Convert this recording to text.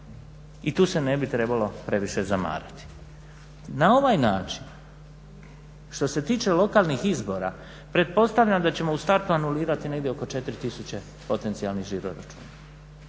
I tu se ne bi trebalo previše zamarati. Na ovaj način što se tiče lokalnih izbora pretpostavljam da ćemo u startu anulirati negdje oko 4 tisuće potencijalnih žiro-računa.